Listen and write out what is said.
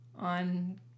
on